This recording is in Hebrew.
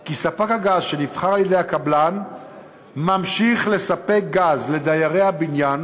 כי ספק הגז שנבחר על-ידי הקבלן ממשיך לספק גז לדיירי הבניין